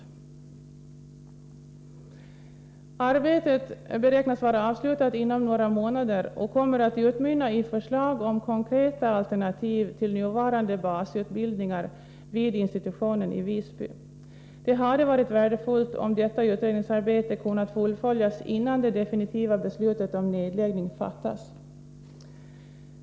Arbetet beräknas vara avslutat inom några månader, och det kommer att utmynna i förslag om konkreta alternativ till nuvarande basutbildningar vid institutionen i Visby. Det skulle ha varit värdefullt om detta utredningsarbete hade kunnat fullföljas innan det definitiva beslutet om nedläggning fattas.